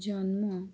ଜନ୍ମ